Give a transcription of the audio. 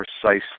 precisely